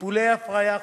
טיפולי הפריה חוץ-גופית,